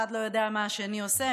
אחד לא יודע מה השני עושה,